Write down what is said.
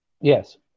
Yes